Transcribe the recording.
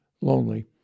lonely